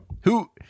Who-